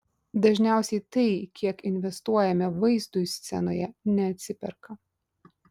dažniausiai tai kiek investuojame vaizdui scenoje neatsiperka